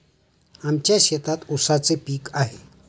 आमच्या शेतात ऊसाचे पीक आहे